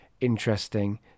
interesting